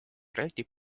projekti